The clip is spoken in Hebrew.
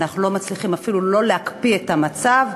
אנחנו לא מצליחים אפילו להקפיא את המצב,